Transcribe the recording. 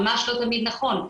ממש לא תמיד נכון,